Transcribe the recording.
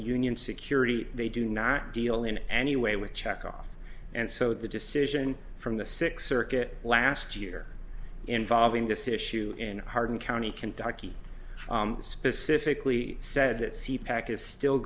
union security they do not deal in any way with checkoff and so the decision from the six circuit last year involving this issue in hardin county kentucky specifically said that c packet still